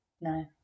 No